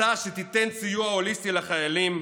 הצעה שתיתן סיוע הוליסטי לחיילים,